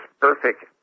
perfect